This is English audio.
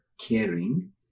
caring